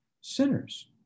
sinners